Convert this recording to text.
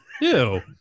ew